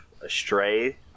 astray